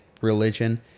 religion